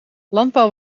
landbouw